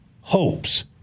hopes